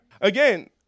Again